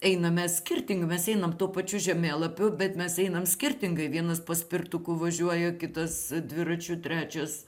einame skirtingai mes einame tuo pačiu žemėlapiu bet mes einam skirtingai vienas paspirtuku važiuoju kitas dviračiu trečias